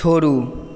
छोड़ू